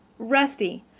rusty,